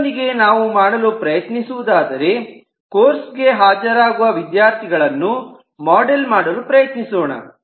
ಇದರೊಂದಿಗೆ ನಾವು ಪ್ರಯತ್ನಿಸುವುದಾದರೆ ಕೋರ್ಸ್ ಗೆ ಹಾಜರಾಗುವ ವಿದ್ಯಾರ್ಥಿಗಳನ್ನು ಮಾಡೆಲ್ ಮಾಡಲು ಪ್ರಯತ್ನಿಸೋಣ